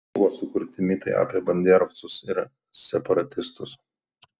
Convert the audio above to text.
buvo sukurti mitai apie banderovcus ir separatistus